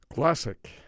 Classic